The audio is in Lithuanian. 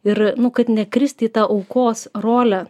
ir nu kad nekristi į tą aukos rolę